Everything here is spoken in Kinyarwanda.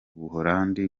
buholandi